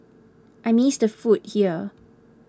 I miss the food here